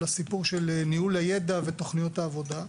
לסיפור של ניהול הידע ותכניות העבודה: